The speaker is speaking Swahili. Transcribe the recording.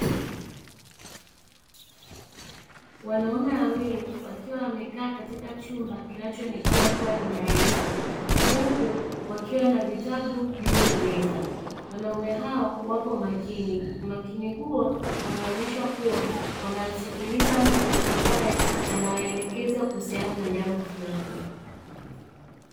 Wanaume wawili wakiwa wamekaa katika chumba kinachoonekana kuwa ni darasa huku wakiwa na vitabu juu ya meza wanaume hao wako makini, umakini huo unaonyesha kuwa wanamsikiliza mtu ambaye anawaelekeza kuhusiana na jambo fulani.